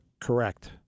correct